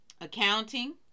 accounting